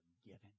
forgiven